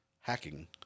hacking